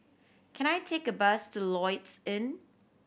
can I take a bus to Lloyds Inn